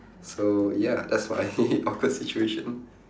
so ya that's my awkward situation